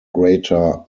greater